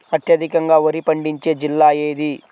అత్యధికంగా వరి పండించే జిల్లా ఏది?